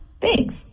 Thanks